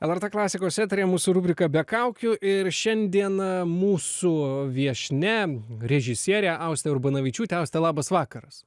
lrt klasikos eteryje mūsų rubrika be kaukių ir šiandieną mūsų viešnia režisierė austė urbonavičiūtė auste labas vakaras